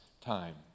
time